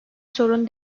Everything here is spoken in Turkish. sorun